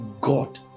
God